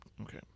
Okay